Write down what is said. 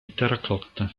terracotta